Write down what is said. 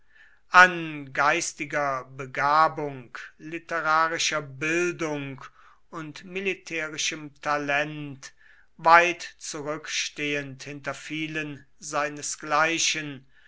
an geistiger begabung literarischer bildung und militärischem talent weit zurückstehend hinter vielen seinesgleichen